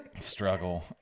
struggle